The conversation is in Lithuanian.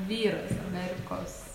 vyras amerikos